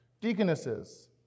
deaconesses